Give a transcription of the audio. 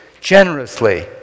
generously